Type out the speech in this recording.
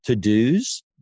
to-dos